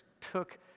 took